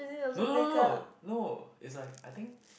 no no no no no it's like I think